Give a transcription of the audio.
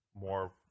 more